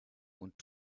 und